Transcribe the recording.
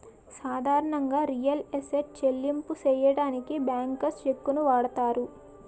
సాధారణంగా real estate చెల్లింపులు సెయ్యడానికి బ్యాంకర్స్ చెక్కుని వాడతారు